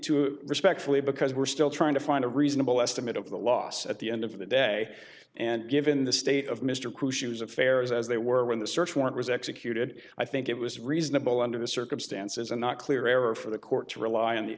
to respectfully because we're still trying to find a reasonable estimate of the loss at the end of the day and given the state of mr crew shoes affairs as they were when the search warrant was executed i think it was reasonable under the circumstances and not clear error for the court to rely on the